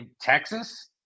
Texas